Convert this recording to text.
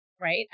right